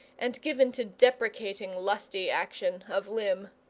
and given to deprecating lusty action of limb.